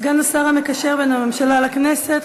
סגן השר המקשר בין הממשלה לכנסת,